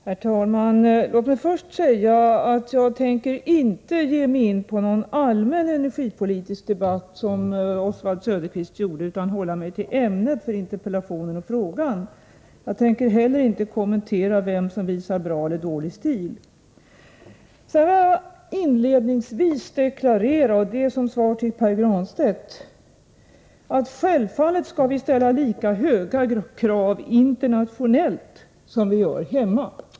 Herr talman! Låt mig först säga att jag inte tänker ge mig in på någon allmän energipolitisk debatt, som Oswald Söderqvist gjorde, utan hålla mig till ämnet för interpellationen och frågan. Jag tänker inte heller kommentera frågan om vem som visar bra eller dålig stil. Sedan vill jag inledningsvis deklarera — och det är som svar till Pär Granstedt — att vi självfallet skall ställa lika höga krav internationellt som vi gör här hemma.